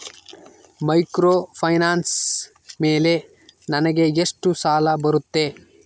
Microfinance ಮೇಲೆ ನನಗೆ ಎಷ್ಟು ಸಾಲ ಬರುತ್ತೆ?